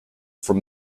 from